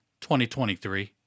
2023